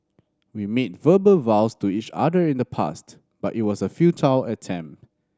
we made verbal vows to each other in the past but it was a futile attempt